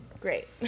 Great